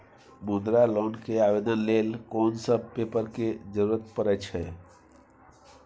मुद्रा लोन के आवेदन लेल कोन सब पेपर के जरूरत परै छै?